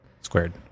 Squared